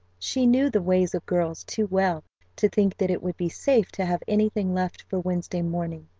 she knew the ways of girls too well to think that it would be safe to have anything left for wednesday morning.